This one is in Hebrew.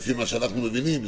לפי מה שאנחנו מבינים,